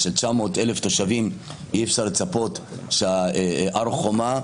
של 900,000 תושבים, אי-אפשר לחשוב שהר חומה,